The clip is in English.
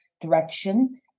direction